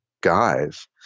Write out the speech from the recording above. guys